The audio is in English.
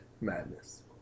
madness